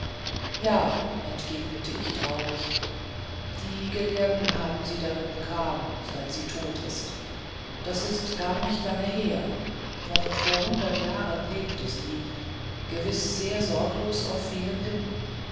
ja entgegnete ich traurig die gelehrten haben sie darin begraben seit sie tot ist das ist garnicht lange her noch vor hundert jahren lebte sie gewiß sehr sorglos auf vielen lippen